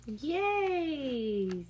Yay